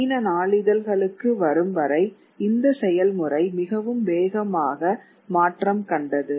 நவீன நாளிதழ்களுக்கு வரும் வரைஇந்த செயல்முறை மிகவும் வேகமாக மாற்றம் கண்டது